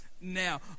now